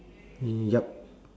yup